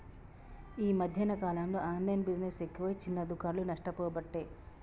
ఈ మధ్యన కాలంలో ఆన్లైన్ బిజినెస్ ఎక్కువై చిన్న దుకాండ్లు నష్టపోబట్టే